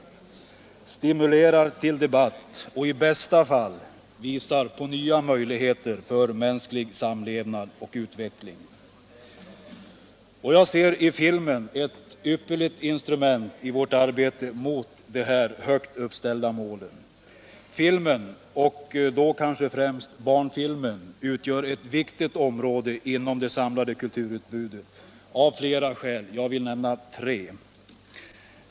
Kulturpolitik kan stimulera till debatt och i bästa fall visa på nya möjligheter för mänsklig samlevnad och utveckling. Och jag ser i filmen ett ypperligt instrument i vårt arbete mot de här högt uppställda målen. Filmen, och då kanske främst barnfilmen, utgör ett viktigt område inom det samlade kulturutbudet av flera skäl. Jag vill nämna tre.